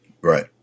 Right